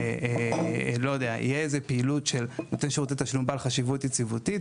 אם תהיה איזו פעילות של נותן שירותי התשלום בעל חשיבות יציבותית,